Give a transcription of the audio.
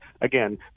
again